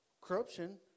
corruption